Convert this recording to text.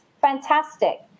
fantastic